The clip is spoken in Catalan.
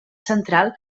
central